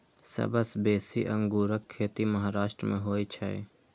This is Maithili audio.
सबसं बेसी अंगूरक खेती महाराष्ट्र मे होइ छै